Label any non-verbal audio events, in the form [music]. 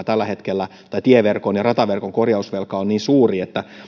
[unintelligible] tällä hetkellä tieverkon ja rataverkon korjausvelka on niin suuri että